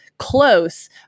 close